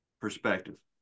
perspective